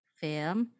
film